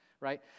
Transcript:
right